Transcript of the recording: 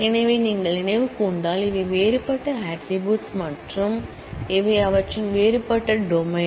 எனவே நீங்கள் நினைவு கூர்ந்தால் இவை வேறுபட்ட ஆட்ரிபூட்ஸ் மற்றும் இவை அவற்றின் வேறுபட்ட டொமைன்